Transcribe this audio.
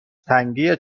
تنگی